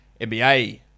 NBA